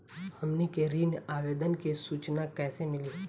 हमनी के ऋण आवेदन के सूचना कैसे मिली?